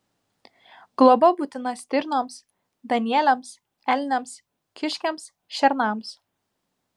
globa būtina stirnoms danieliams elniams kiškiams šernams